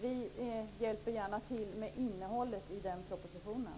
Vi hjälper gärna till med innehållet i den propositionen.